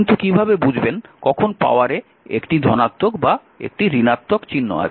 কিন্তু কীভাবে বুঝবেন কখন পাওয়ারে একটি ধনাত্মক বা একটি ঋণাত্মক চিহ্ন আছে